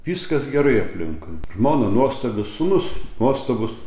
viskas gerai aplinkui žmona nuostabi sūnus nuostabūs